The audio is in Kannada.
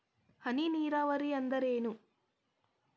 ಹನಿ ನೇರಾವರಿ ಅಂದ್ರೇನ್ರೇ?